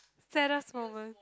saddest moment